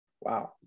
Wow